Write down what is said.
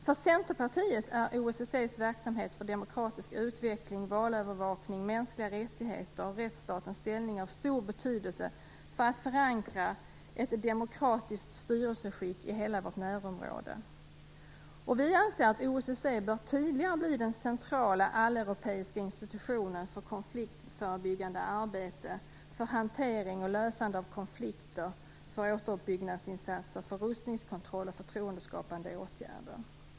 För Centerpartiet är OSSE:s verksamhet för demokratisk utveckling, valövervakning, mänskliga rättigheter och rättsstatens ställning av stor betydelse för att förankra ett demokratiskt styrelseskick i hela Sveriges närområde. Vi i Centerpartiet anser att OSSE tydligare bör bli den centrala alleuropeiska institutionen för konfliktförebyggande arbete, för hantering och lösande av konflikter, för återuppbyggnadsinsatser, för rustningskontroll och för förtroendeskapande åtgärder.